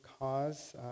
cause